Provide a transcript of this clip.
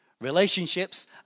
relationships